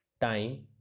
time